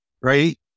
right